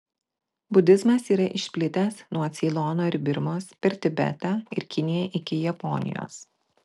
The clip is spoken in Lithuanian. budizmas yra išplitęs nuo ceilono ir birmos per tibetą ir kiniją iki japonijos